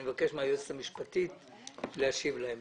אני מבקש מהיועצת המשפטית להשיב להם.